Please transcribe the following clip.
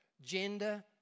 gender